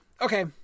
Okay